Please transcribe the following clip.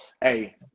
hey